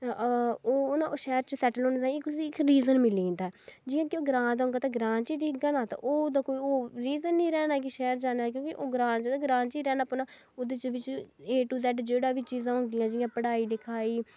ओह् ना ओह् शैह्र च सेटल होने ताहीं उसी इक रीजन मिली जंदा ऐ जि'यां कि ओह् ग्रांऽ दा ते थाह्नूं पता ग्रांऽ च ही दिखगा तो ओह्दा कोई रीजन निं रैह्ना शैह्र जाने दा ग्रांऽ च ऐ ते ग्रांऽ च ई रैह्ना पौना ओह्दे बिच ए टू जेड जेह्ड़ा बी चीजां होंदियां जि'यां पढ़ाई लिखाई